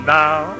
now